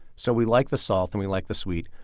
so we like the salt and we like the sweet.